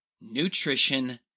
nutrition